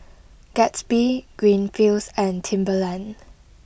Gatsby Greenfields and Timberland